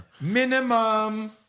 Minimum